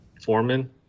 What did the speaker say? Foreman